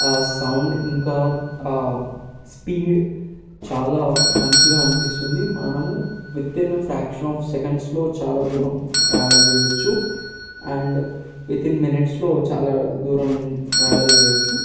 ఆ సౌండ్ ఇంకా స్పీడ్ చాలా మంచిగా అనిపిస్తుంది మనము వితిన్ ఫ్రాక్షన్ ఆఫ్ సెకండ్స్లో చాలా దూరం ట్రావెల్ చేయవచ్చు అండ్ విత్ఇన్ మినిట్స్లో చాలా దూరం ట్రావెల్ చేయవచ్చు